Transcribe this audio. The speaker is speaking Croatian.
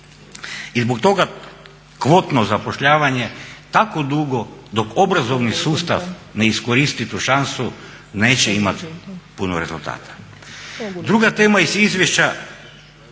I zbog toga kvotno zapošljavanje tako dugo dok obrazovni sustav ne iskoristi tu šansu neće imati puno rezultata. Druga tema iz izvješća